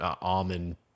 almond